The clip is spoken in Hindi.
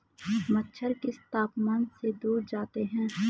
मच्छर किस तापमान से दूर जाते हैं?